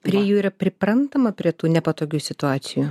prie jų yra priprantama prie tų nepatogių situacijų